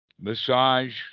massage